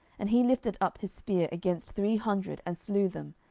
and he lifted up his spear against three hundred, and slew them,